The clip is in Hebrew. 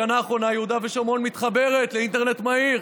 בשנה האחרונה יהודה ושומרון מתחברת לאינטרנט מהיר.